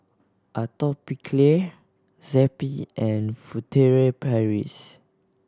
Atopiclair Zappy and Furtere Paris